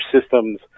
systems